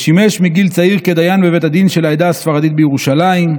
ושימש מגיל צעיר דיין בבית הדין של העדה הספרדית בירושלים.